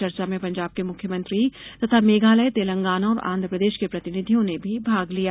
चर्चा में पंजाब के मुख्यमंत्री तथा मेघालय तेलंगाना और आंध्रप्रदेश के प्रतिनिधियों ने भी भाग लिया